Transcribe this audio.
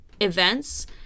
events